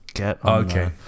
Okay